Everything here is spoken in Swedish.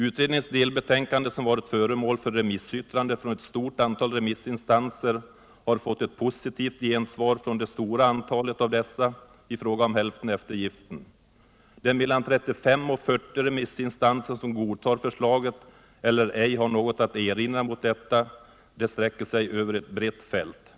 Utredningens delbetänkande, som varit föremål för remissyttrande från ett stort antal remissinstanser, har fått ett positivt gensvar från det stora flertalet av dessa I fråga om hälfteneftergiften. De mellan 35 och 40 remissinstanser som godtar förstaget eller inte har något att erinra mot det sträcker sig över ett brett fält.